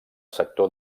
sector